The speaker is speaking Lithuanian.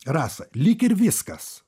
rasa lyg ir viskas